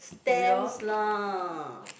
stamps lah